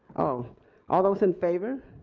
ah all those in favor?